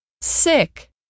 sick